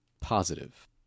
positive